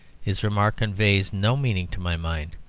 his remark conveys no meaning to my mind.